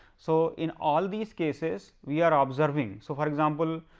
so, in all these cases, we are ah observing so for example,